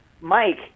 Mike